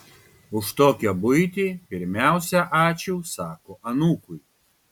už tokią buitį pirmiausia ačiū sako anūkui